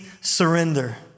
surrender